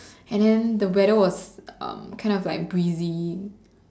and then the weather was kind of like breezy